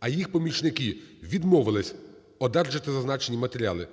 а їх помічники відмовились одержати зазначені матеріали,